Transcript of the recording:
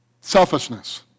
Selfishness